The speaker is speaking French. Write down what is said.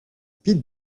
pete